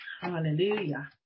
Hallelujah